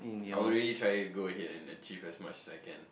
I will really try go ahead and achieve as much as I can